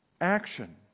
action